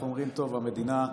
אנחנו אומרים: טוב, המדינה,